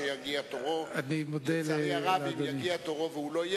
ואם הגדרנו את 40 שנותינו,